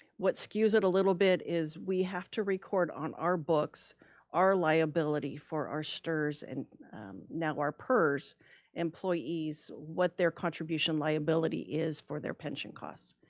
what skews it a little bit is we have to record on our books our liability for our strs and now our pers employees what their contribution liability is for their pension costs.